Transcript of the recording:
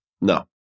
No